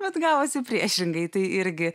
bet gavosi priešingai tai irgi